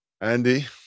Andy